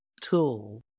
tool